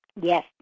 Yes